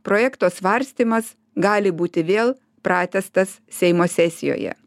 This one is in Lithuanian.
projekto svarstymas gali būti vėl pratęstas seimo sesijoje